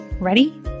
Ready